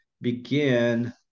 begin